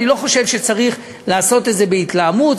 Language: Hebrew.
אני לא חושב שצריך לעשות את זה בהתלהמות,